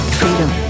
freedom